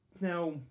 Now